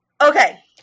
Okay